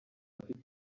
abafite